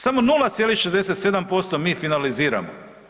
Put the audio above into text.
Samo 0,67% mi finaliziramo.